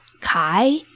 Kai